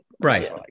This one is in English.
Right